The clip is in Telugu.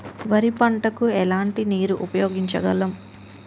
వరి పంట కు ఎలాంటి నీరు ఉపయోగించగలం?